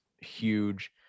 huge